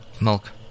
milk